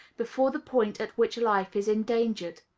before the point at which life is endangered?